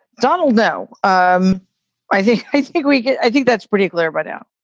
donald, no. um i think i think we. i think that's pretty clear by now.